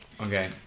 Okay